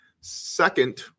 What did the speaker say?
Second